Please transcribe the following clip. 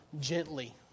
gently